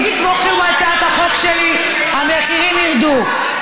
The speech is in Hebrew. אם תתמוך בהצעת החוק שלי המחירים ירדו.